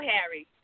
Harry